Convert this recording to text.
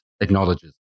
acknowledges